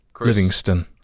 Livingston